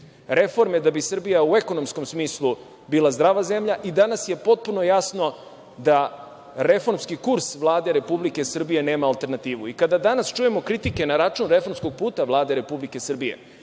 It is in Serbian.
Reforme da bi Srbija u ekonomskom smislu bila zdrava zemlja i danas je potpuno jasno da reformski kurs Vlade Republike Srbije nema alternativu. Kada danas čujemo kritike na račun reformskog puta Vlade Republike Srbije